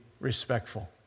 respectful